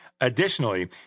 Additionally